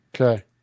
Okay